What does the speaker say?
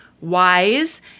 wise